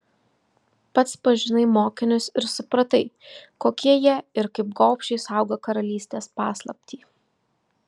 pats pažinai mokinius ir supratai kokie jie ir kaip gobšiai saugo karalystės paslaptį